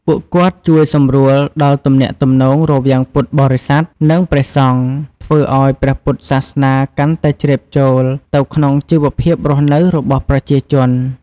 ពួកគាត់ជួយសម្រួលដល់ទំនាក់ទំនងរវាងពុទ្ធបរិស័ទ និងព្រះសង្ឃ ធ្វើឱ្យព្រះពុទ្ធសាសនាកាន់តែជ្រាបចូលទៅក្នុងជីវភាពរស់នៅរបស់ប្រជាជន។